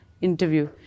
interview